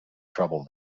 trouble